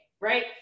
right